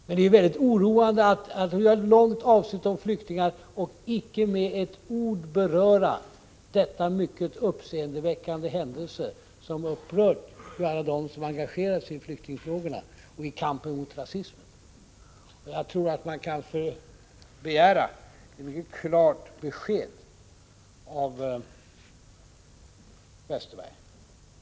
Men det är mycket oroande att ha med ett långt avsnitt om flyktingar men icke med ett ord beröra dessa mycket uppseendeväckande händelser som upprört dem som engagerat sig i flyktingfrågorna och i kampen mot rasismen. Jag tycker att man kan begära ett mycket klart besked av Bengt Westerberg.